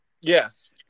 Yes